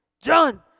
John